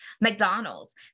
McDonald's